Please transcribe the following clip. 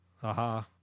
haha